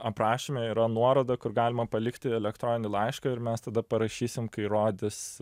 aprašyme yra nuoroda kur galima palikti elektroninį laišką ir mes tada parašysim kai rodys